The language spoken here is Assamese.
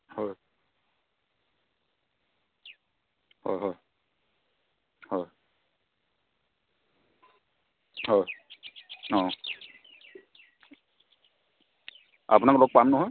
হয় হয় হয় হয় হয় অ' আপোনাক লগ পাম নহয়